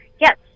Yes